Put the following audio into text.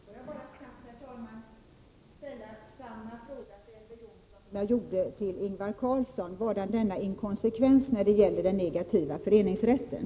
Herr talman! Får jag bara snabbt ställa samma fråga till Elver Jonsson som jag gjorde till Ingvar Karlsson i Bengtsfors: Vadan denna inkonsekvens när det gäller den negativa föreningsrätten?